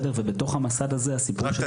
ובתוך המסד הזה --- בבקשה,